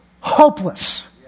Hopeless